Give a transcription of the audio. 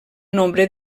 nombre